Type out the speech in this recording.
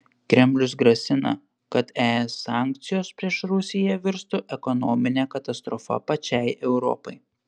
kremlius grasina kad es sankcijos prieš rusiją virstų ekonomine katastrofa pačiai europai